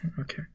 Okay